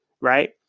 right